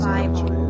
Bible